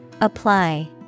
Apply